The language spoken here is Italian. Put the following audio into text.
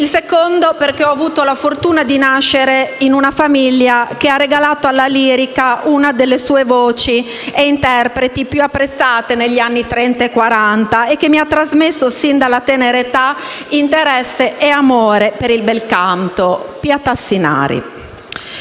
in secondo luogo, ho avuto la fortuna di nascere in una famiglia che ha regalato alla lirica una delle sue voci e interpreti più apprezzate negli anni Trenta e Quaranta, e che mi ha trasmesso sin dalla tenera età interesse e amore per il bel canto, Pia Tassinari.